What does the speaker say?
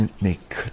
make